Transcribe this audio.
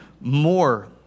more